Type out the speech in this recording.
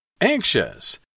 Anxious